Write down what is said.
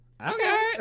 Okay